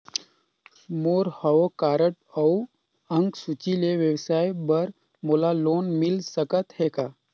मोर हव कारड अउ अंक सूची ले व्यवसाय बर मोला लोन मिल सकत हे का?